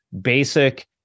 basic